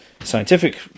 scientific